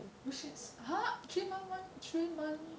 which is !huh! three month one three months